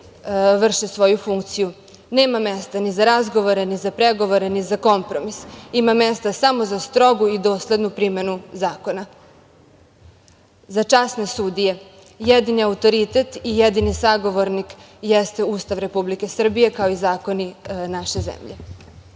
vrše svoju funkciju, nema mesta ni za razgovore, ni za pregovore, ni za kompromis, ima mesta samo za strogu i doslednu primenu zakona. Za časne sudije jedini autoritet i jedini sagovornik jeste Ustav Republike Srbije, kao i zakoni naše zemlje